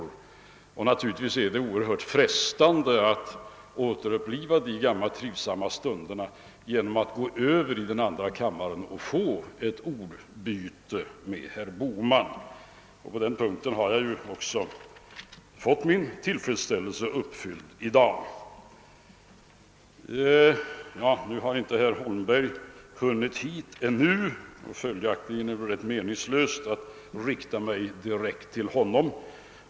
Det är därför naturligtvis oerhört frestande att återuppliva de gamla trivsamma stunderna genom att gå över i medkammaren och få ett ordbyte med herr Bohman. På den punkten har jag ju också blivit tillfredsställd och fått min önskan uppfylld i dag. Nu har inte herr Holmberg hunnit hit ännu, och följaktligen är det väl rätt meningslöst att jag riktar mig direkt till honom.